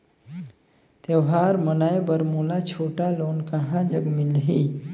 त्योहार मनाए बर मोला छोटा लोन कहां जग मिलही?